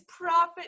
profit